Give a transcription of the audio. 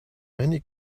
many